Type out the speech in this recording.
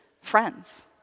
friends